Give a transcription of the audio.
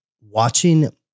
watching